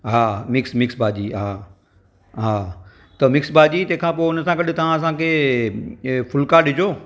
हा mix mix भाॼी हा हा त मिक्स भाॼी तंहिं खां पोइ हुन सां गॾु त असांखे ऐं फुल्का ॾिजो